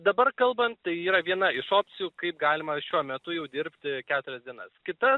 dabar kalbant tai yra viena iš opcijų kaip galima šiuo metu jau dirbti keturias dienas kita